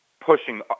pushing